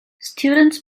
students